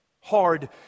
Hard